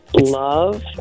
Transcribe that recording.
Love